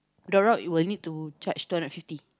the rock will need to charge two hundred fifty